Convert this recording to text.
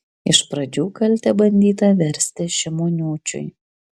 iš pradžių kaltę bandyta versti šimoniūčiui